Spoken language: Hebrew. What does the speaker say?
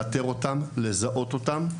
לאתר אותם, לזהות אותם,